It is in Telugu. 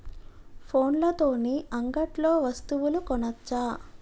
ఫోన్ల తోని అంగట్లో వస్తువులు కొనచ్చా?